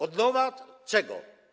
Odnowa czego?